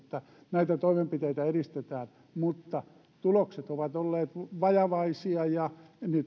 näitä toimenpiteitä edistetään mutta tulokset ovat olleet vajavaisia ja